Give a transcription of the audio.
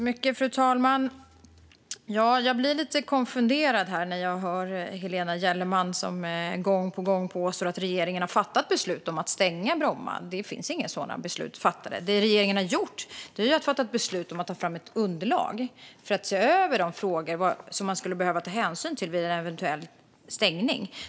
Fru talman! Jag blir lite konfunderad när jag hör Helena Gellerman, som gång på gång påstår att regeringen har fattat beslut om att stänga Bromma. Inga sådana beslut är fattade. Det regeringen har gjort är att man har fattat beslut om att ta fram ett underlag för att se över de frågor som man skulle behöva ta hänsyn till vid en eventuell stängning.